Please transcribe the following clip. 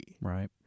right